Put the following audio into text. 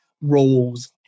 roles